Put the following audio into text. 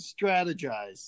strategize